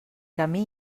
camí